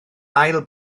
ail